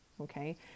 okay